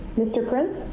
mr. prince?